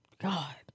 God